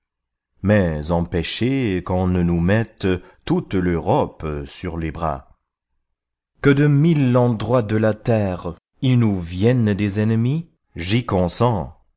mais empêchez qu'on ne nous mette toute l'europe sur les bras que de mille endroits de la terre il nous vienne des ennemis j'y consens